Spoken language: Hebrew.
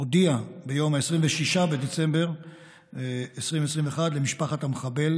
הודיע ביום 26 בדצמבר 2021 למשפחת המחבל,